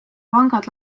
pangad